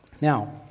now